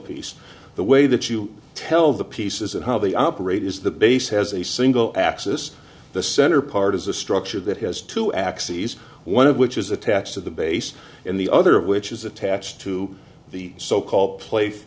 piece the way that you tell the pieces and how the op rate is the base has a single axis the center part is a structure that has two axes one of which is attached to the base in the other which is attached to the so called pla